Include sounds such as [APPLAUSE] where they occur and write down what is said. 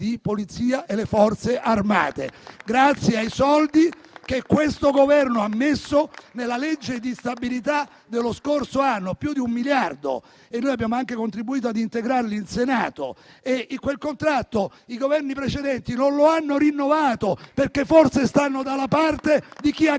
grazie ai soldi che questo Governo ha messo nella legge di stabilità dello scorso anno (più di 1 miliardo) e che noi abbiamo anche contribuito ad integrare in Senato. Quel contratto i Governi precedenti non lo hanno rinnovato, [APPLAUSE] perché forse stanno dalla parte di chi aggredisce